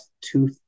two